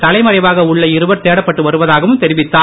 தலைமறைவாக உள்ள இருவர் தேடப்பட்டு வருவதாகவும் தெரிவித்தார்